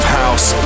house